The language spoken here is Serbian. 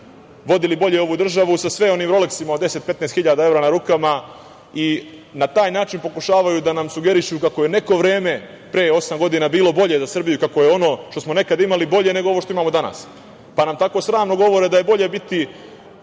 vodili bolje ovu državu, sa sve onim roleksima od 10-15 hiljada evra na rukama, i na taj način pokušavaju da nam sugerišu da je neko vreme pre osam godina bilo bolje za Srbiju, kako je ono što smo nekad imali bolje, nego ovo što imamo danas. Tako sramno nam govore da je bolje biti,